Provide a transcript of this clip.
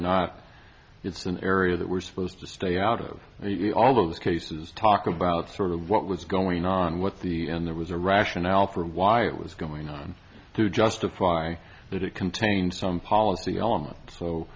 not it's an area that we're supposed to stay out of all those cases talk about sort of what was going on what the end there was a rationale for why it was going on to justify that it contained some policy element so